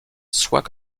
soit